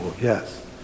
yes